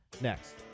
next